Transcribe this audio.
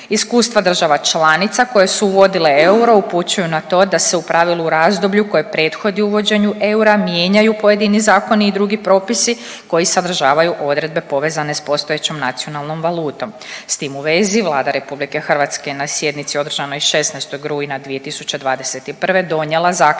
Iskustva država članica koje su uvodile euro upućuju na to da se u pravilu u razdoblju koje prethodi uvođenju eura mijenjaju pojedini zakoni drugi propisi koji sadržavaju odredbe povezane s postojećom nacionalnom valutom. S tim u vezi Vlada RH na sjednici održanoj 16. rujna 2021. donijela zaključak